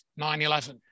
9-11